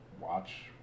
watch